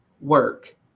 work